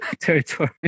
territory